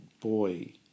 boy